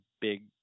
big